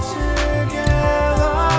together